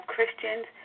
Christians